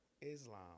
Islam